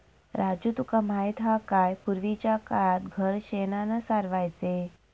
राजू तुका माहित हा काय, पूर्वीच्या काळात घर शेणानं सारवायचे